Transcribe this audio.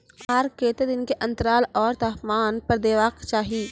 आर केते दिन के अन्तराल आर तापमान पर देबाक चाही?